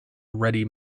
ready